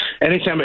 anytime